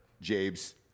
jabe's